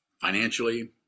financially